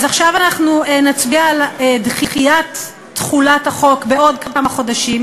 אז עכשיו אנחנו נצביע על דחיית תחילת החוק בעוד כמה חודשים.